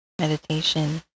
meditation